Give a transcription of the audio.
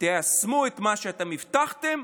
תיישמו את מה שאתם הבטחתם,